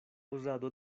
uzado